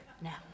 now